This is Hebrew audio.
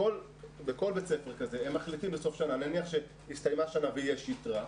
בכל בית ספר כזה הם מחליטים בסוף שנה נניח שהסתיימה שנה ויש יתרה,